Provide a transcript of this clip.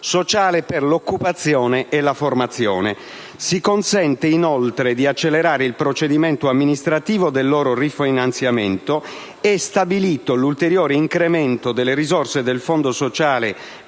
sociale per l'occupazione e la formazione. Si consente, inoltre, di accelerare il procedimento amministrativo del rifinanziamento e viene stabilito l'ulteriore incremento delle risorse del Fondo sociale